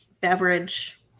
Beverage